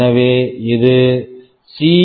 எனவே இது சி